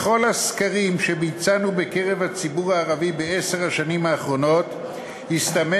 בכל הסקרים שביצענו בקרב הציבור הערבי בעשר השנים האחרונות הסתמן